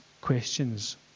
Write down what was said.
questions